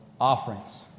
offerings